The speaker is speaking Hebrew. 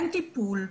אין טיפול,